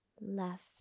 left